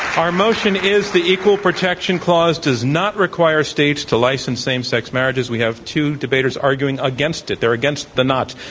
our motion is the equal protection clause does not require states to license same sex marriage. we have two debaters arguing against it. they're against the not.